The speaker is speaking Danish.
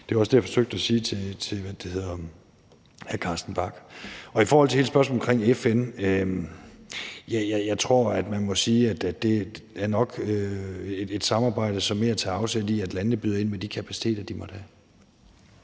Det var også det, jeg forsøgte at sige til hr. Carsten Bach. I forholdet til hele spørgsmålet om FN tror jeg, at man må sige, at det nok er et samarbejde, som mere tager afsæt i, at landene byder ind med de kapaciteter, de måtte have.